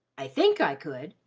i think i could,